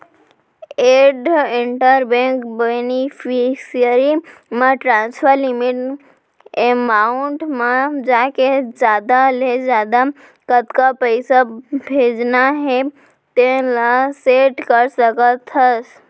add interbank beneficiary म transfer limit amount म जाके जादा ले जादा कतका पइसा भेजना हे तेन ल सेट कर सकत हस